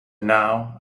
now